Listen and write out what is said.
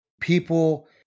people